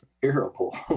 terrible